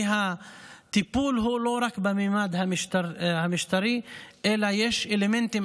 כי הטיפול הוא לא רק בממד המשטרתי אלא יש אלמנטים